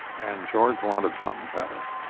and george wanted something better.